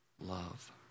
love